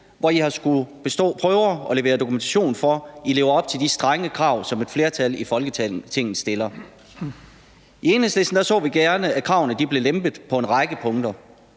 hvor I har skullet bestå prøver og levere dokumentation for, at I lever op til de strenge krav, som et flertal i Folketinget stiller. I Enhedslisten så vi gerne, at kravene blev lempet på en række punkter.